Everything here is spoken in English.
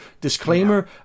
disclaimer